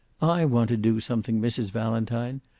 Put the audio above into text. i want to do something, mrs. valentine.